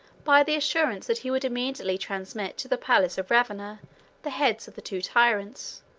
by the assurance that he would immediately transmit to the palace of ravenna the heads of the two tyrants,